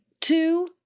two